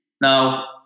Now